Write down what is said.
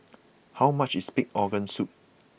how much is Pig Organ Soup